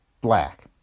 Black